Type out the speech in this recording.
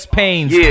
pains